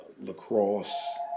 Lacrosse